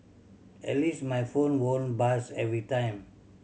at least my phone won't buzz every time